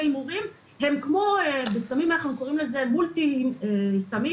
הימורים בסמים אנחנו קוראים לזה מולטי סמים,